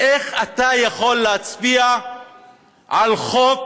איך אתה יכול להצביע על חוק